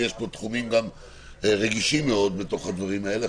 ויש פה גם תחומים רגישים מאוד חוץ מהסיעוד,